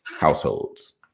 households